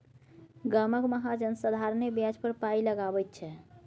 गामक महाजन साधारणे ब्याज पर पाय लगाबैत छै